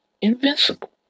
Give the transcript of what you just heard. invincible